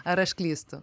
ar aš klystu